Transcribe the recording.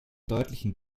deutlichen